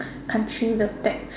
country the tax